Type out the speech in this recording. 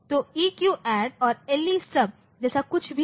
तो EQ add या LE सब जैसा कुछ भी नहीं है